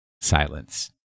Silence